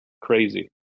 crazy